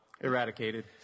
eradicated